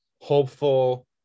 hopeful